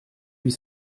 huit